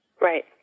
Right